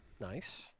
Nice